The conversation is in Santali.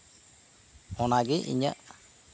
ᱚᱱᱟᱜᱮ ᱤᱧᱟᱹᱜ